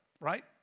right